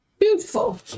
Beautiful